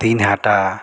Dinhata